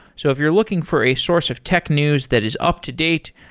so if you're looking for a source of tech news that is up-to-date,